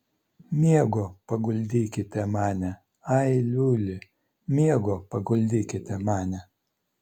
miego paguldykite mane ai liuli miego paguldykite mane